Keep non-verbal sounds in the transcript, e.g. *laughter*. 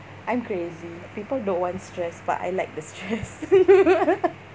I'm crazy people don't want stress but I like the stress *laughs*